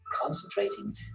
concentrating